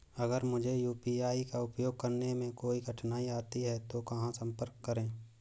अगर मुझे यू.पी.आई का उपयोग करने में कोई कठिनाई आती है तो कहां संपर्क करें?